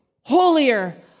holier